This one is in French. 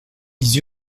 ils